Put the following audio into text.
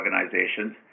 organizations